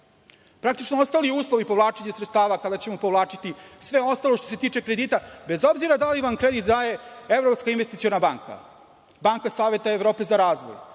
Praktično, ostali uslovi povlačenja sredstava, kada ćemo povlačiti sve ostalo što se tiče kredita, bez obzira da li vam kredit daje Evropska investiciona banka, Banka saveta Evrope za razvoj,